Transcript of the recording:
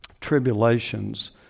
tribulations